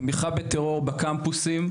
תמיכה בטרור בקמפוסים.